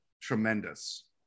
tremendous